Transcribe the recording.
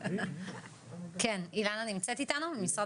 אנחנו למעשה מבקשים להאריך זו הפעם השנייה למעשה